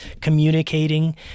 communicating